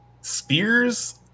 Spears